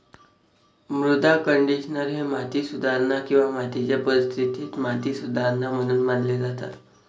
मृदा कंडिशनर हे माती सुधारणा किंवा मातीच्या परिस्थितीत माती सुधारणा म्हणून मानले जातात